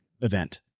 event